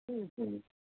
હં હં